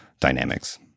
dynamics